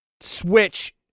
Switch